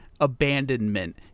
abandonment